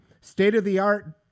State-of-the-art